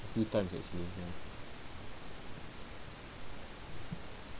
ya